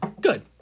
good